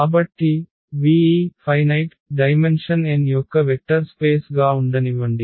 కాబట్టి V ఈ పరిమిత డైమెన్షన్ n యొక్క వెక్టర్ స్పేస్ గా ఉండనివ్వండి